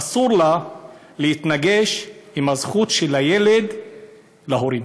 אסור לה להתנגש עם הזכות של הילד להורים.